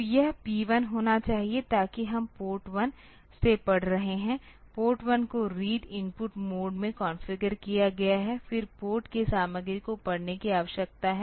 तो यह P1 होना चाहिए ताकि हम पोर्ट 1 से पढ़ रहे हैं पोर्ट 1 को रीड इनपुट मोड में कॉन्फ़िगर किया गया है फिर पोर्ट की सामग्री को पढ़ने की आवश्यकता है